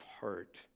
heart